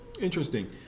interesting